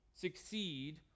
succeed